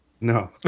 No